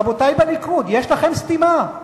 רבותי בליכוד, יש לכם סתימה,